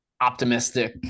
optimistic